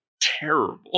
terrible